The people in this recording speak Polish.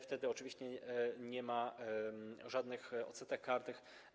Wtedy oczywiście nie ma żadnych odsetek karnych.